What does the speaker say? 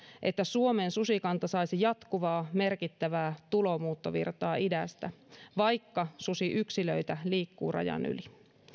että suomen susikanta saisi jatkuvaa merkittävää tulomuuttovirtaa idästä vaikka susiyksilöitä liikkuu rajan yli